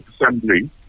Assembly